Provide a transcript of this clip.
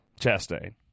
Chastain